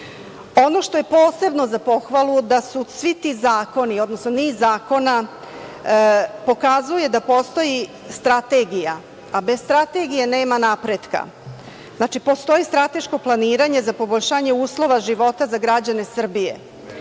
što je posebno za pohvalu je da su svi ti zakoni, odnosno niz zakona pokazuje da postoji strategija, a bez strategije nema napretka. Znači, postoji strateško planiranje za poboljšanje uslova života za građane Srbije.